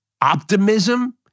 optimism